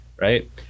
right